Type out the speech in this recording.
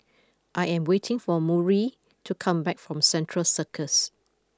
I am waiting for Murry to come back from Central Circus